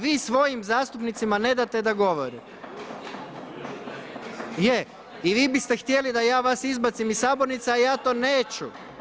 Vi svojim zastupnicima ne date da govore. … [[Upadica se ne čuje.]] Je i vi biste htjeli da ja vas izbacim iz sabornice a ja to neću.